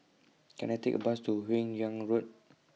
Can I Take A Bus to Hun Yeang Road